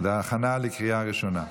להכנה לקריאה ראשונה.